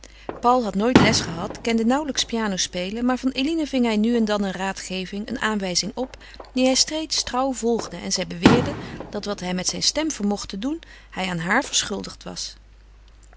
paul had nooit les gehad kende nauwelijks pianospelen maar van eline ving hij nu en dan een raadgeving een aanwijzing op die hij steeds trouw volgde en zij beweerde dat wat hij met zijn stem vermocht te doen hij aan haar verschuldigd was